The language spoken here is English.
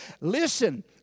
Listen